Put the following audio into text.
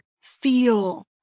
feel